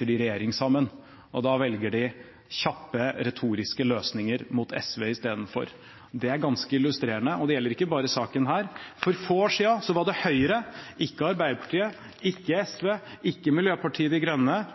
i regjering sammen, og da velger de kjappe retoriske løsninger mot SV isteden. Det er ganske illustrerende, og det gjelder ikke bare denne saken. For få år siden var det Høyre – ikke Arbeiderpartiet, ikke SV, ikke Miljøpartiet De Grønne –